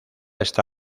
está